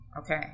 Okay